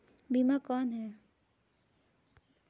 बीमा कौन है?